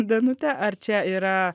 danute ar čia yra